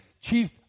chief